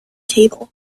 table